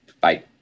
Bye